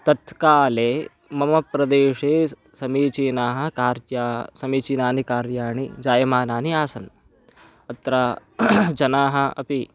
तत् काले मम प्रदेशे समीचीनाः कार्याणि समीचिनानि कार्याणि जायमानानि आसन् अत्र जनाः अपि